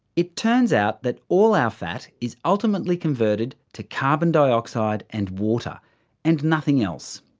it turns out that all our fat is ultimately converted to carbon dioxide and water and nothing else.